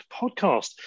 podcast